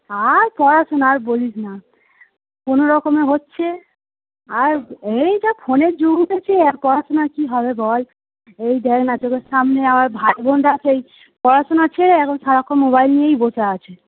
আর পড়াশুনা আর বলিস না কোনো রকমে হচ্ছে আর এই যা ফোনের যুগ উঠেছে আর পড়াশুনা কী হবে বল এই দেখ না চোখের সামনে আমার ভাই বোনরা সেই পড়াশোনা ছেড়ে এখন সারাক্ষণ মোবাইল নিয়েই বসে আছে